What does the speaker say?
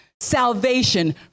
Salvation